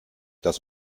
das